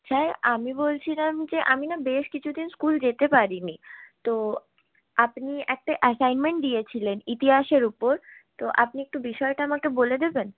sir আমি বলছিলাম যে আমি না বেশ কিছুদিন স্কুল যেতে পারিনি তো আপনি একটা অ্যাসাইনমেন্ট দিয়েছিলেন ইতিহাসের ওপর তো আপনি একটু বিষয়টা আমাকে বলে দেবেন